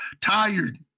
tired